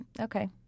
Okay